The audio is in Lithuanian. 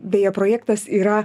beje projektas yra